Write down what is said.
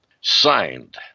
Signed